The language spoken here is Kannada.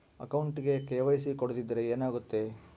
ಅಕೌಂಟಗೆ ಕೆ.ವೈ.ಸಿ ಕೊಡದಿದ್ದರೆ ಏನಾಗುತ್ತೆ?